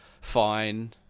fine